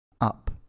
up